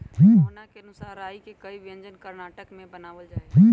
मोहना के अनुसार राई के कई व्यंजन कर्नाटक में बनावल जाहई